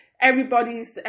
Everybody's